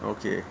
okay